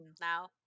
now